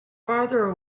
farther